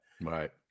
Right